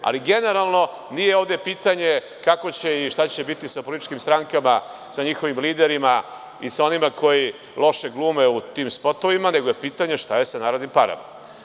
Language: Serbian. Ali, generalno, nije ovde pitanje kako će i šta će biti sa političkim strankama, sa njihovim liderima i sa onima koji loše glume u tim spotovima, nego je pitanje šta je sa narodnim parama.